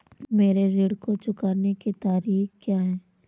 मेरे ऋण को चुकाने की तारीख़ क्या है?